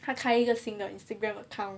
他开一个新的 instagram account